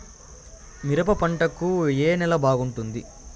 మిరప పంట కు ఏ నేల బాగుంటుంది?